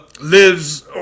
lives